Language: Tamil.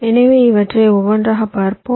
எனவே இவற்றை ஒவ்வொன்றாக பார்ப்போம்